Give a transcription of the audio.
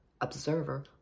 observer